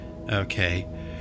okay